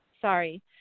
sorry